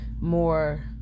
more